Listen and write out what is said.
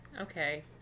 okay